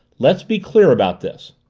let's be clear about this.